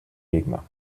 gegner